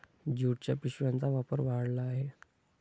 ज्यूटच्या पिशव्यांचा वापर वाढला आहे